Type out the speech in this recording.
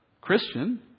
Christian